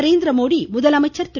நரேந்திரமோடி முதலமைச்சர் திரு